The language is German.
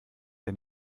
der